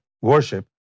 worship